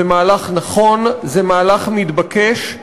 זה מהלך נכון, זה מהלך מתבקש,